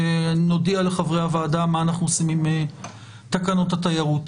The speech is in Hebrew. נודיע לחברי הוועדה מה אנחנו עושים עם תקנות התיירות.